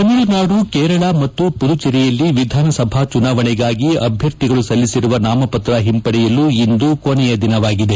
ತಮಿಳುನಾಡು ಕೇರಳ ಮತ್ತು ಪುದುಚೆರಿಯಲ್ಲಿ ವಿಧಾನಸಭೆ ಚುನಾವಣೆಗಾಗಿ ಅಭ್ಯರ್ಥಿಗಳು ಸಲ್ಲಿಸಿರುವ ನಾಮಪತ್ರ ಹಿಂಪಡೆಯಲು ಇಂದು ಕೊನೆಯ ದಿನವಾಗಿದೆ